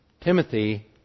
Timothy